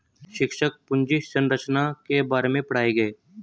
शिक्षक पूंजी संरचना के बारे में पढ़ाएंगे